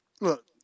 Look